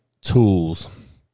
tools